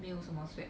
没有什么 sweat